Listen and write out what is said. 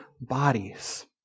bodies